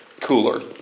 cooler